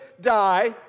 die